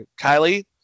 Kylie